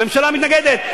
הממשלה מתנגדת.